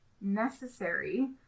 necessary